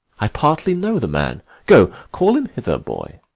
i partly know the man go, call him hither, boy.